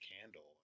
candle